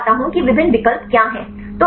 तो मैं बताता हूं कि विभिन्न विकल्प क्या हैं